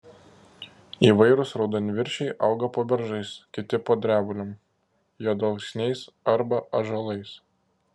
įvairūs raudonviršiai auga po beržais kiti po drebulėm juodalksniais arba ąžuolais